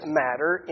matter